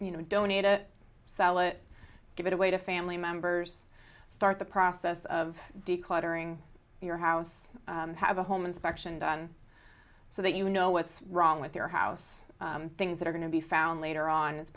you know donate a salat give it away to family members start the process of declaring your house have a home inspection done so that you know what's wrong with your house things that are going to be found later on it's